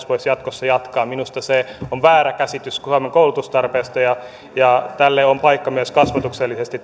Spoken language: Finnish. voisi jatkossa jatkaa minusta se on väärä käsitys suomen koulutustarpeesta ja ja tälle opettajankoulutuslaitokselle on paikka myös kasvatuksellisesti